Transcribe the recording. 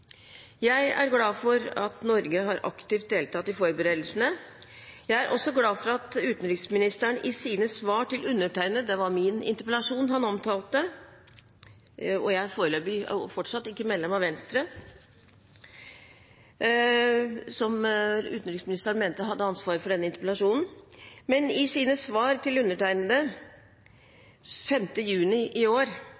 Jeg er glad for at Norge har deltatt aktivt i forberedelsene. Jeg er også glad for at utenriksministeren i sine svar til undertegnede 5. juni i år – det var min interpellasjon han omtalte, og jeg er fortsatt ikke medlem av Venstre, som utenriksministeren mente hadde ansvar for denne interpellasjonen – var tydelig på å videreføre det initiativet som Norge tok i